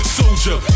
soldier